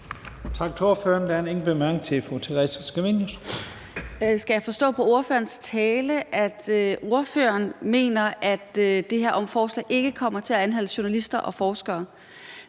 til fru Theresa Scavenius. Kl. 15:37 Theresa Scavenius (UFG): Skal jeg forstå på ordførerens tale, at ordføreren mener, at det her forslag ikke kommer til at omhandle journalister og forskere?